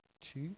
Two